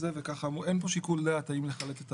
אין פה שיקול דעת אם לחלט.